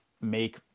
make